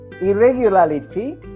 irregularity